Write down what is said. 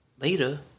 Later